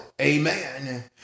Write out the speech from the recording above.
Amen